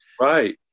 Right